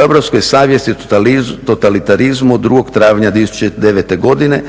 europske savjesti o totalitarizmu 02. travnja 2009. godine